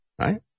right